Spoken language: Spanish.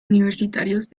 universitarios